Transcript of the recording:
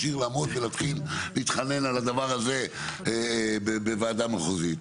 עיר לעמוד ולהתחיל להתחנן על הדבר הזה בוועדה מחוזית.